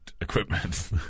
equipment